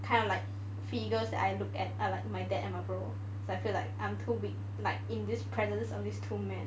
kind of like figures that I look at are like my dad and my bro so I feel like I'm too weak like in this presence of these two men